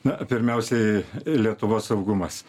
na pirmiausiai lietuvos saugumas